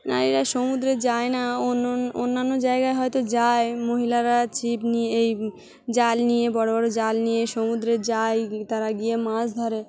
নারীরা সমুদ্রে যায় না অন্য অন্য অন্যান্য জায়গায় হয়তো যায় মহিলারা ছিপ নিয়ে এই জাল নিয়ে বড় বড় জাল নিয়ে সমুদ্রে যায় তারা গিয়ে মাছ ধরে